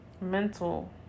mental